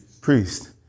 priest